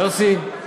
יוסי,